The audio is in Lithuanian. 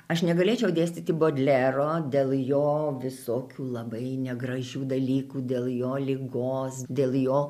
aš negalėčiau dėstyti bodlero dėl jo visokių labai negražių dalykų dėl jo ligos dėl jo